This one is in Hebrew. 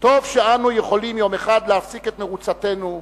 "טוב שאנו יכולים יום אחד להפסיק את מרוצתנו,